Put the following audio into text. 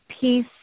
peace